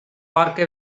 பார்க்க